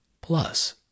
Plus